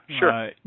Sure